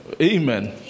amen